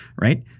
right